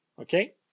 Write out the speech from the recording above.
Okay